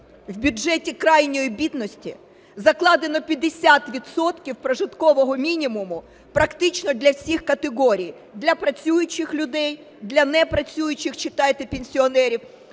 в бюджеті крайньої бідності – закладено 50 відсотків прожиткового мінімуму практично для всіх категорій: для працюючих людей, для непрацюючих (читайте – пенсіонерів).